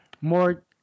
more